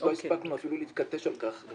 לא הספקנו אפילו להתכתש על כך.